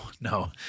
no